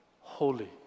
holy